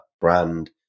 brand